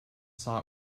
saw